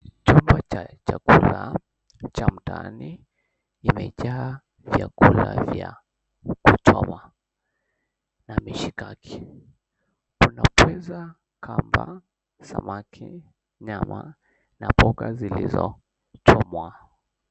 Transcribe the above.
Chumba cha chakula cha mtaani imejaa vyakula vya kuchoma. Na mishikaki. Kuna pweza, kamba, samaki, nyama na poga zilizochomwa.